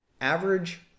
average